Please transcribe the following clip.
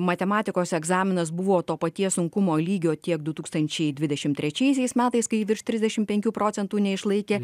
matematikos egzaminas buvo to paties sunkumo lygio tiek du tūkstančiai dvidešim trečiaisiais metais kai virš trisdešim penkių procentų neišlaikė